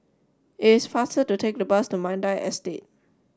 it is faster to take the bus to Mandai Estate